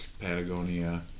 Patagonia